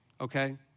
okay